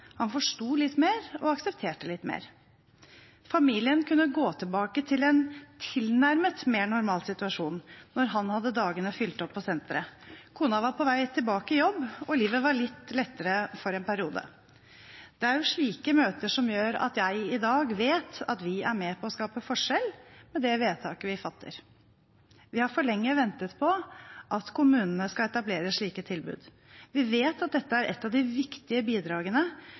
Han forsto litt mer og aksepterte litt mer. Familien kunne gå tilbake til en tilnærmet mer normal situasjon når han hadde dagene fylt på senteret. Kona var på vei tilbake i jobb, og livet var litt lettere for en periode. Det er slike møter som gjør at jeg i dag vet at vi er med på å skape forskjell med det vedtaket vi fatter. Vi har for lenge ventet på at kommunene skal etablere slike tilbud. Vi vet at dette er et av de viktige bidragene